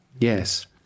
yes